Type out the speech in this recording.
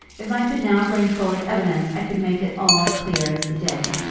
if i could now bring forward evidence i could make it all clear as the day.